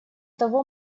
того